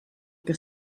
que